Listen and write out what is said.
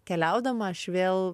keliaudama aš vėl